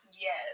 yes